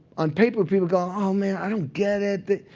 on paper people go, oh, man, i don't get it.